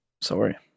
Sorry